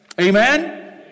Amen